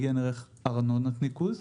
עיין ערך ארנונות ניקוז.